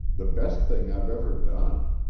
the best thing i've ever done.